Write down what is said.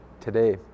today